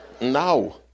now